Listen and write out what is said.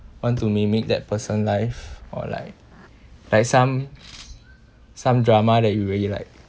want to mimic that person life or like like some some drama that you really like